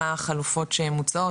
מה החלופות שמוצעות,